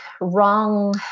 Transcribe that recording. wrong